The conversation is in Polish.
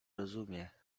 rozumie